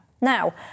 Now